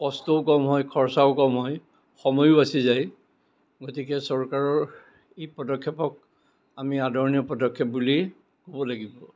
কষ্টও কম হয় খৰচাও কম হয় সময়ো বাছি যায় গতিকে চৰকাৰৰ এই পদক্ষেপক আমি আদৰণীয় পদক্ষেপ বুলি ক'ব লাগিব